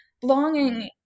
belonging